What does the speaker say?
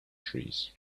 trees